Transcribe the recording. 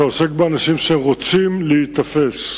אתה עוסק באנשים שרוצים להיתפס,